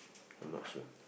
I'm not sure